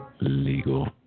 legal